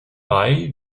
bei